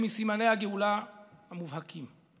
הם מסימני הגאולה המובהקים.